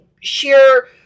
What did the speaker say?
sheer